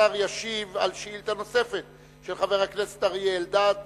1. כמה חיילים גוירו בצה"ל בשנים 2005,